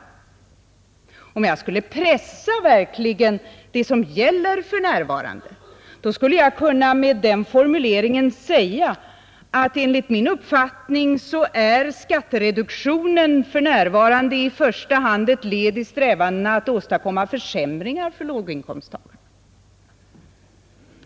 Ja, om jag verkligen skulle pressa det som gäller för närvarande skulle jag med den formuleringen kunna säga, att enligt min uppfattning är skattereduktionen för närvarande i första hand ett led i strävandena att åstadkomma försämringar för låginkomsttagarna.